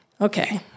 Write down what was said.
Okay